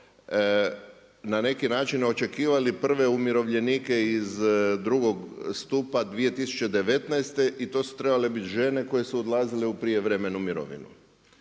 na neki način očekivali prve umirovljenike iz drugog stupa 2019. i to su trebale biti žene koje su odlazile u prijevremenu mirovinu.